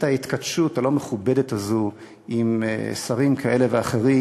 ההתכתשות הלא-מכובדת הזו עם שרים כאלה ואחרים,